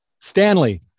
Stanley